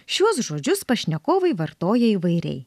šiuos žodžius pašnekovai vartoja įvairiai